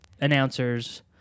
announcers